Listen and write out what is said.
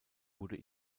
wurde